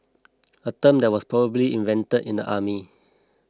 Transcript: a term that was probably invented in the army